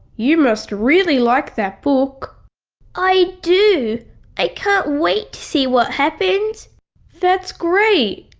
you must really like that book i do i can't wait to see what happens that's great,